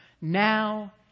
Now